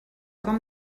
com